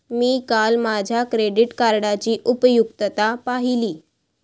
मी काल माझ्या क्रेडिट कार्डची उपयुक्तता पाहिली